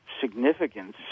significance